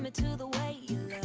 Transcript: but the white